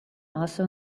also